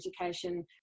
education